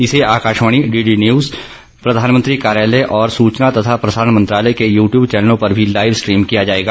इसे Akashvani DD news प्रधानमंत्री कार्यालय और सूचना तथा प्रसारण मंत्रालय के यूटूब चैनलों पर भी लाइव स्ट्रीम किया जायेगा